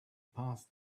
path